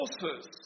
sources